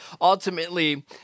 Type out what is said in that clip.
ultimately